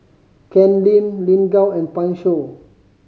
Ken Lim Lin Gao and Pan Shou